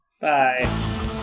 Bye